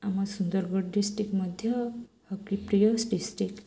ଆମ ସୁନ୍ଦରଗଡ଼ ଡିଷ୍ଟ୍ରିକ୍ଟ ମଧ୍ୟ ହକି ପ୍ରିୟ ଡିଷ୍ଟ୍ରିକ୍ଟ